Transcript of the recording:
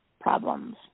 problems